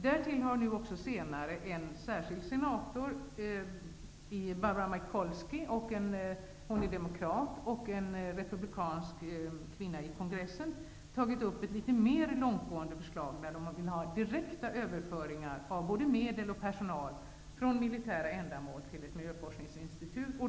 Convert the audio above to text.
Därtill har också senare en särskild senator, Barbara Mikulski, som är demokrat, och en republikansk kvinna i kongressen tagit upp ett litet mer långtgående förslag, där de vill ha direkta överföringar av både medel och personal från militära ändamål till ett miljöforskningsinstitut.